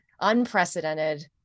unprecedented